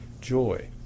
joy